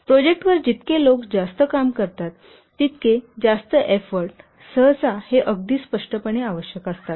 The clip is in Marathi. प्रोजेक्टवर जितके लोक काम करतात तितके जास्त एफ्फोर्ट सहसा हे अगदी स्पष्टपणे आवश्यक असतात